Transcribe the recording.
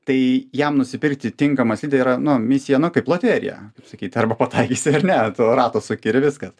tai jam nusipirkti tinkamą slidę yra nu misija nu kaip loterija kaip sakyt arba pataikysi ar ne tu ratą suki ir viskas